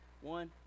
One